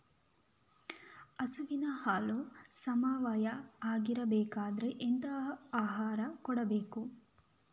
ಹಸುವಿನ ಹಾಲು ಸಾವಯಾವ ಆಗ್ಬೇಕಾದ್ರೆ ಎಂತ ಆಹಾರ ಕೊಡಬೇಕು?